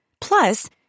Plus